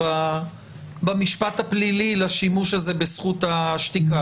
במשפט הפלילי לשימוש הזה בזכות השתיקה.